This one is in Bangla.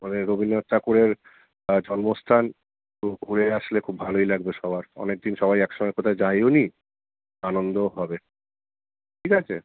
ওখানে রবীন্দ্রনাথ ঠাকুরের জন্মস্থান তো ঘুরে আসলে খুব ভালোই লাগবে সবার অনেক দিন সবাই একসঙ্গে কোথাও যাইও নি আনন্দও হবে ঠিক আছে